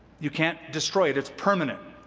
you can't destroy it. it's permanent.